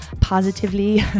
positively